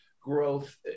growth